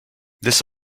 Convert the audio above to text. this